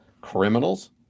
criminals